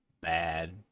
bad